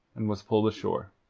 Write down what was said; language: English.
and was pulled ashore.